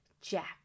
Jack